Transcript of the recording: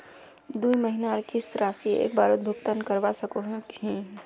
दुई महीनार किस्त राशि एक बारोत भुगतान करवा सकोहो ही?